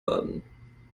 baden